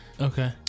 Okay